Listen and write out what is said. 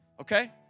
okay